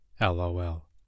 LOL